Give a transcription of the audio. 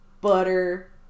butter